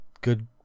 good